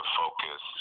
focus